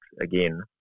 again